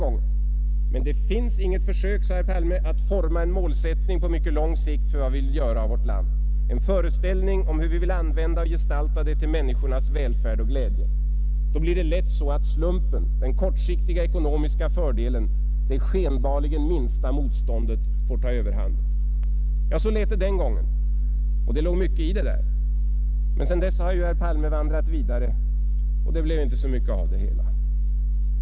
”Det finns inget försök,” sade herr Palme, ”att forma en målsättning på mycket lång sikt för vad vi vill göra av vårt land, hur vi vill använda och gestalta det till människornas välfärd och glädje. Då blir det lätt så att slumpen, den kortsiktiga ekonomiska fördelen, det skenbarligen minsta motståndet, får ta överhanden.” Ja, så lät det den gången, och det låg mycket i det. Men sedan dess har herr Palme vandrat vidare och det blev inte så mycket av det hela.